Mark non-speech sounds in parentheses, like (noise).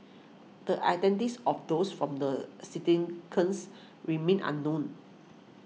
the identities of those from the (unintelligible) remain unknown